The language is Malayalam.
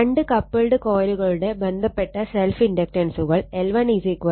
രണ്ട് കപ്പിൾഡ് കോയിലുകളുടെ ബന്ധപ്പെട്ട സെൽഫ് ഇൻഡക്റ്റൻസുകൾ L1 0